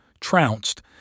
trounced